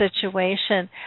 situation